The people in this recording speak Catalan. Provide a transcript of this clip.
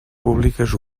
públiques